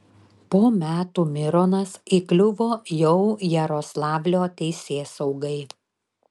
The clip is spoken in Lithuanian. po metų mironas įkliuvo jau jaroslavlio teisėsaugai